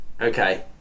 Okay